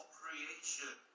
creation